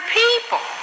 people